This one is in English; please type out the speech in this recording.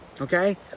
okay